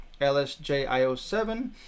LSJIO7